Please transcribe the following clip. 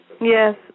Yes